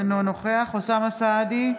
אינו נוכח אוסאמה סעדי,